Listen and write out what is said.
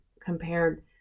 compared